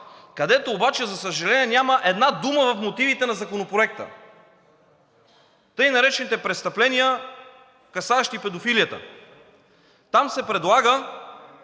където обаче, за съжаление, няма една дума в мотивите на Законопроекта, тъй наречените престъпления, касаещи педофилията. Там се предлага,